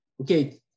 Okay